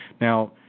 Now